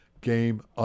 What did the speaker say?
game